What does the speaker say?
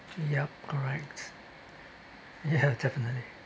yup correct ya definitely